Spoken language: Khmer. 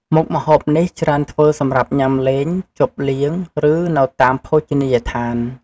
មុខម្ហូបនេះច្រើនធ្វើសម្រាប់ញ៉ាំលេង ជប់លៀង ឬនៅតាមភោជនីយដ្ឋាន។